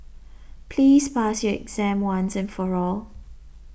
please pass your exam once and for all